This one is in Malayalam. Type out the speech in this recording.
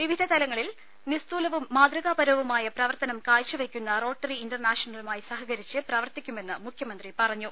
വിവിധ തലങ്ങളിൽ നിസ്തൂലവും മാതൃകാപരവുമായ പ്രവർത്തനം കാഴ്ചവെയ്ക്കുന്ന റോട്ടറി ഇന്റർനാഷണലുമായി സഹകരിച്ച് പ്രവർത്തിക്കുമെന്ന് മുഖ്യമന്ത്രി പറഞ്ഞു